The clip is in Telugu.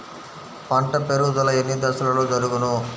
పంట పెరుగుదల ఎన్ని దశలలో జరుగును?